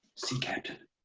sea captain.